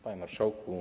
Panie Marszałku!